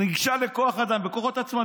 היא ניגשה לכוח אדם בכוחות עצמה,